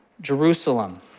Jerusalem